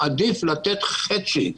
עדיף לתת חצי.